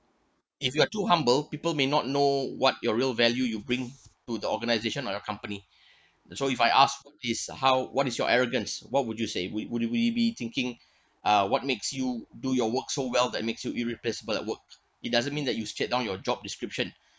if you are too humble people may not know what your real value you bring to the organisation or your company so if I asked what is how what is your arrogance what would you say would it would it be thinking uh what makes you do your work so well that makes you irreplaceable at work it doesn't mean that you state down your job description